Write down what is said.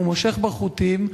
הוא מושך בחוטים,